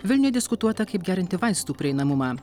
vilniuje diskutuota kaip gerinti vaistų prieinamumą